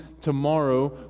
tomorrow